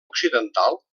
occidental